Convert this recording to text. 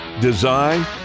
design